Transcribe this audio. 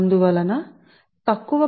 అందువలన కండక్టర్ పరిమాణం పెరుగుతుంది